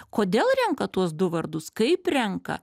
kodėl renka tuos du vardus kaip renka